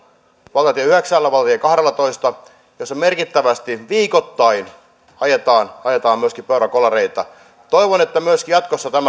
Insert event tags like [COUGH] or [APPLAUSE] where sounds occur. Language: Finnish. valtatie yhdeksällä valtatie kahdellatoista joilla merkittävästi viikoittain ajetaan ajetaan myöskin peurakolareita toivon että myös jatkossa tämä [UNINTELLIGIBLE]